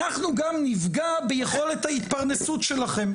אנחנו גם נפגע ביכולת ההתפרנסות שלכם.